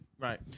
Right